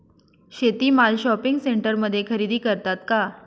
शेती माल शॉपिंग सेंटरमध्ये खरेदी करतात का?